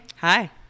hi